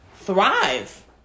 thrive